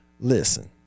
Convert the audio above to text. Listen